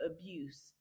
abuse